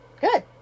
Good